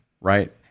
right